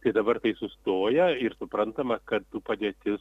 tai dabar tai sustoję ir suprantama kad tų padėtis